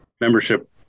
membership